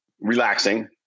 relaxing